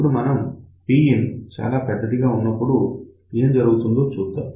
ఇప్పుడు మనం Pin చాలా పెద్దదిగా ఉన్నప్పుడు ఏం జరుగుతుందో చూద్దాం